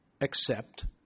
accept